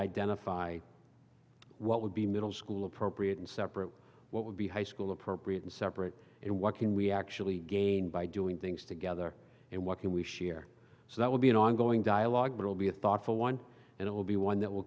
identify what would be middle school appropriate and separate what would be high school appropriate and separate and what can we actually gain by doing things together and what can we share so that would be an ongoing dialogue it will be a thoughtful one and it will be one that will